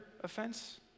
offense